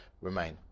remain